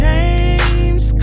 James